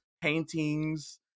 paintings